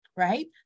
right